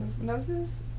Noses